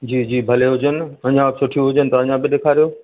जी जी भले हजनि न अञा सुठियूं हुजनि त अञा बि ॾेखारियो